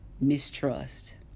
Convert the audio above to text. mistrust